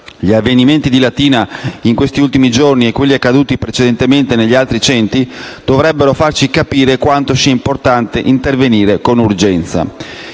Gli avvenimenti di Latina in questi ultimi giorni e quelli accaduti precedentemente negli altri centri dovrebbero farci capire quanto sia importante intervenire con urgenza.